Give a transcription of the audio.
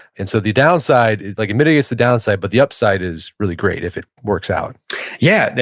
and so the downside, like admittedly it's the downside. but the upside is really great if it works out yeah. yeah